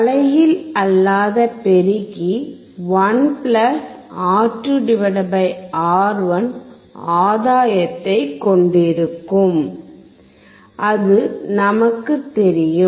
தலைகீழ் அல்லாத பெருக்கி 1 R2 R1 ஆதாயத்தைக் கொண்டிருக்கும் அது நமக்கு தெரியும்